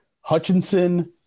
Hutchinson